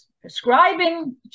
prescribing